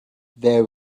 there